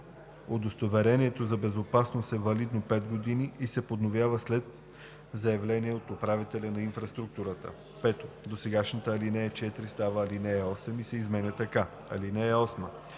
Удостоверението за безопасност е валидно пет години и се подновява след заявление от управителя на инфраструктурата.“ 5. Досегашната ал. 4 става ал. 8 и се изменя така: „(8)